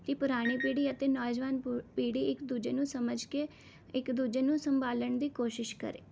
ਕਿ ਪੁਰਾਣੀ ਪੀੜ੍ਹੀ ਅਤੇ ਨੌਜਵਾਨ ਪੂ ਪੀੜ੍ਹੀ ਇੱਕ ਦੂਜੇ ਨੂੰ ਸਮਝ ਕੇ ਇੱਕ ਦੂਜੇ ਨੂੰ ਸੰਭਾਲਣ ਦੀ ਕੋਸ਼ਿਸ਼ ਕਰੇ